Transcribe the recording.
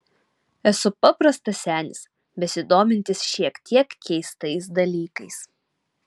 esu paprastas senis besidomintis šiek tiek keistais dalykais